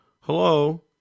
Hello